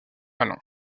malin